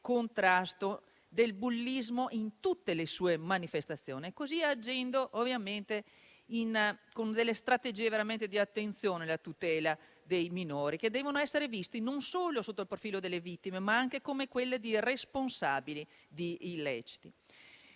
contrasto del bullismo in tutte le sue manifestazioni, così agendo con delle strategie di attenzione e tutela dei minori, che devono essere visti non solo come vittime, ma anche come responsabili di illeciti.